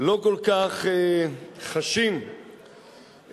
לא כל כך חשים בנוח